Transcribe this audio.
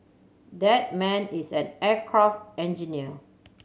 that man is an aircraft engineer